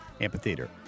Amphitheater